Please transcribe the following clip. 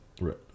Right